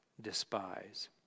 despise